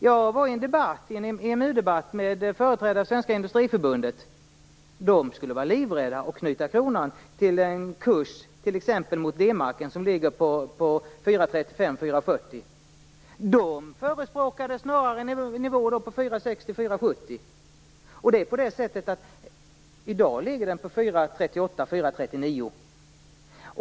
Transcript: Jag deltog i en EMU-debatt med företrädare för Industriförbundet, och de var livrädda för att t.ex. knyta kronan till en kurs gentemot D-marken på 4:35 eller 4:40. De förespråkade snarare en nivå på 4:60 eller 4:70. I dag ligger den på 4:38 eller 4:39.